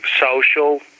social